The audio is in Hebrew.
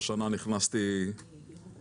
השנה הגעתי לגיל